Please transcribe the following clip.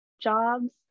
jobs